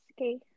okay